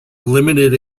limited